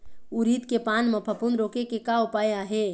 उरीद के पान म फफूंद रोके के का उपाय आहे?